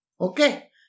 Okay